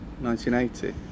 1980